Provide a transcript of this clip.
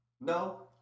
No